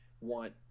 want